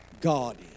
God